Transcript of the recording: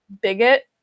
bigot